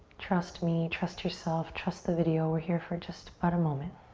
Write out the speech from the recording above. trust me, trust yourself, trust the video. we're here for just but a moment.